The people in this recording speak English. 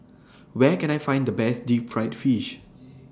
Where Can I Find The Best Deep Fried Fish